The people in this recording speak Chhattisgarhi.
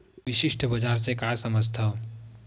विशिष्ट बजार से का समझथव?